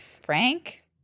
frank